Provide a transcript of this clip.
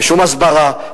ושום הסברה,